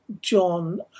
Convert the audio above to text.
John